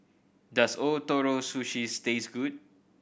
does Ootoro Sushi taste good